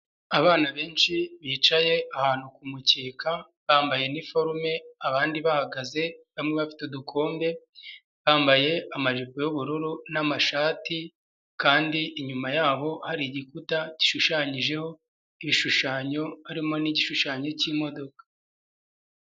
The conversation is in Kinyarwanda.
abana benshi bicaye ahantu kumuke bambaye Iniforume abandi bahagaze hamwe bafite udukombe bambaye amajipo y'ubururu namashati kandi inyuma yabo hari igikuta gishushanyijeho ibishushanyo harimo n'igishushanyo K'imodoka